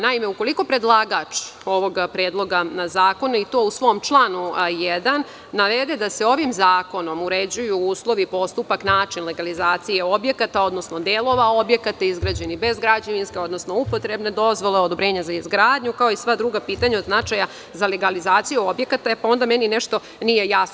Naime, ukoliko predlagač ovoga predloga zakona i to u svom članu A1. navede da se ovim zakonom uređuju uslovi, postupak, način legalizacije objekata, odnosno delova objekata izgrađenih bez građevinske, odnosno upotrebne dozvole, odobrenja za izgradnju kao i sva druga pitanja od značaja za legalizaciju objekata, pa, onda meni nešto nije jasno.